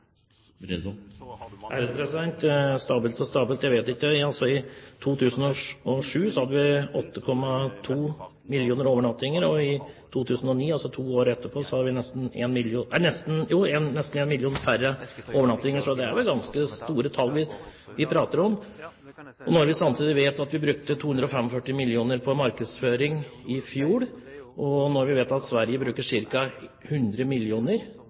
Stabilt og stabilt – jeg vet ikke. I 2007 hadde vi 8,2 millioner overnattinger, og i 2009, altså to år etterpå, hadde vi nesten 1 million færre overnattinger. Så det er ganske store tall vi prater om. Og når vi samtidig vet at vi brukte 245 mill. kr på markedsføring i fjor og Sverige ca. 100 mill. svenske kroner, kan det tenkes at vi kanskje burde bruke pengene litt annerledes, f.eks. rette dem inn mot andre grupper. Jeg leser jo hva Innovasjon Norge sier, at